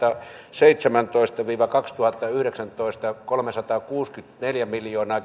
kaksituhattaseitsemäntoista viiva kaksituhattayhdeksäntoista kehittämishankkeista kolmesataakuusikymmentäneljä miljoonaa